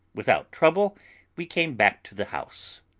without trouble we came back to the house.